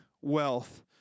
wealth